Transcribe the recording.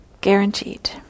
Guaranteed